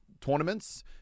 tournaments